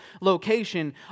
location